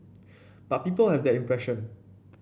but people have that impression